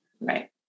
Right